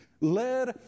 led